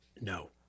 No